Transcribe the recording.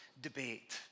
debate